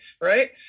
right